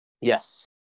yes